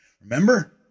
Remember